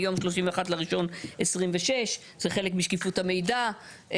מיום 31 בינואר 2016. זה חלק משקיפות המידע.